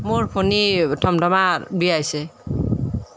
মোৰ ভনী ধমধমাত বিয়া হৈছে